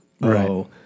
Right